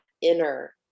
inner